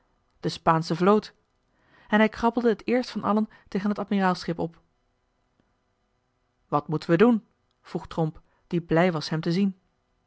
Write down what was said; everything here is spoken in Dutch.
de spaansche vloot en hij krabbelde t eerst van allen tegen het admiraalsschip op wat moeten we doen vroeg tromp die blij was hem te zien